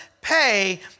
pay